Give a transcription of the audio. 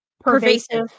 Pervasive